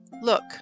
Look